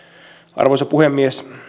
arvoisa puhemies